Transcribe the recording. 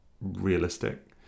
realistic